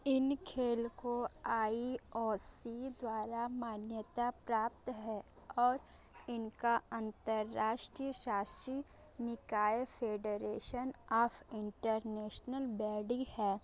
इन खेल को I O C द्वारा मान्यता प्राप्त है और इनका अंतर्राष्ट्रीय शासी निकाय फेडरेशन ऑफ इंटरनेशनल बैंडी है